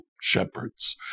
shepherds